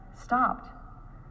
stopped